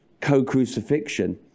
co-crucifixion